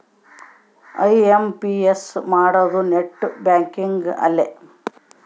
IMPS ಮಾಡೋದು net banking ಅಲ್ಲೆ